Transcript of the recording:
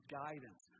guidance